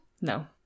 No